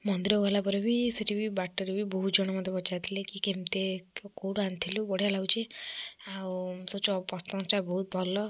ମନ୍ଦିର ଗଲାପରେ ବି ସେଠି ବି ବାଟରେ ବି ବହୁତ ଜଣ ମୋତେ ପଚାରିଥିଲେ କି କେମିତି କୋଉଠୁ ଆଣିଥିଲୁ ବଢ଼ିଆ ଲାଗୁଛି ଆଉ ତୋ ଚ ପସନ୍ଦଟା ବହୁତ ଭଲ